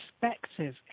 perspective